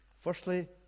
Firstly